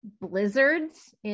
blizzards